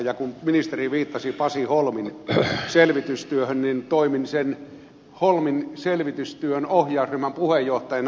ja kun ministeri viittasi pasi holmin selvitystyöhön niin toimin sen holmin selvitystyön ohjausryhmän puheenjohtajana